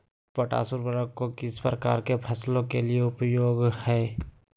Potash उर्वरक को किस प्रकार के फसलों के लिए उपयोग होईला?